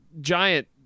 giant